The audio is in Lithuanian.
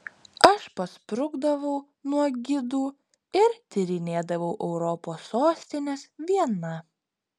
aš pasprukdavau nuo gidų ir tyrinėdavau europos sostines viena